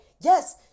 yes